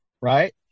right